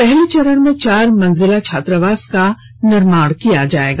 पहले चरण में चार मंजिला छात्रावास का निर्माण किया जायेगा